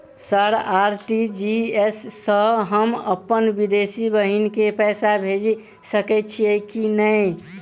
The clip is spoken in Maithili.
सर आर.टी.जी.एस सँ हम अप्पन विदेशी बहिन केँ पैसा भेजि सकै छियै की नै?